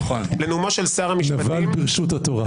נבל ברשות התורה.